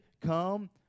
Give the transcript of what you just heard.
come